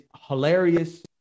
hilarious